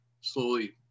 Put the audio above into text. slowly